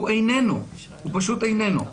הוא איננו, הוא פשוט איננו,